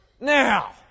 Now